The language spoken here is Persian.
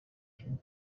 جون